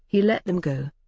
he let them go.